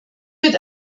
mit